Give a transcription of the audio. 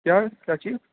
کیا کیا چیز